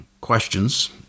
questions